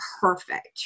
perfect